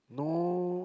no